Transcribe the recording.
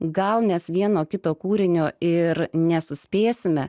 gal net vieno kito kūrinio ir nesuspėsime